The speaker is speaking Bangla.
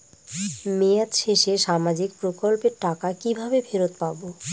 মেয়াদ শেষে সামাজিক প্রকল্পের টাকা কিভাবে ফেরত পাবো?